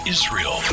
Israel